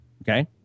Okay